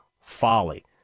folly